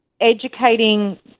educating